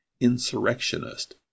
insurrectionist